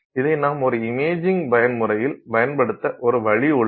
இதை நாம் ஒரு இமேஜிங் பயன்முறையில் பயன்படுத்த ஒரு வழி உள்ளது